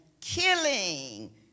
killing